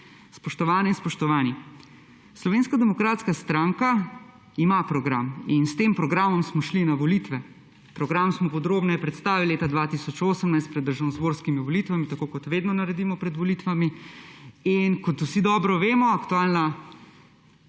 Spoštovane in spoštovani! Slovenska demokratska stranka ima program in s tem programom smo šli na volitve. Program smo podrobneje predstavili leta 2018 pred državnozborskimi volitvami, tako kot vedno naredimo pred volitvami. Kot vsi dobro vemo, aktualna